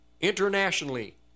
internationally